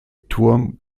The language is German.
turm